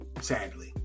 sadly